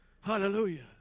Hallelujah